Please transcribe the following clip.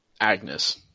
Agnes